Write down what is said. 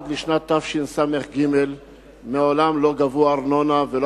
עד לשנת תשס"ג מעולם לא גבו ארנונה ולא